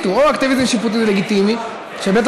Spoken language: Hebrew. תחליטו: או שאקטיביזם שיפוטי הוא לגיטימי,